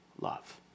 love